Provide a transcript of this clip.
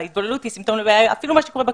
ההתבוללות היא סימפטום לבעיה,